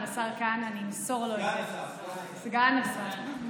שאילתה באיזה נושא?